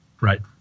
right